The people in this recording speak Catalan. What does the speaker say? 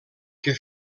que